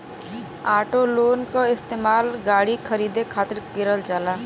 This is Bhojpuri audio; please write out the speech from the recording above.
ऑटो लोन क इस्तेमाल गाड़ी खरीदे खातिर करल जाला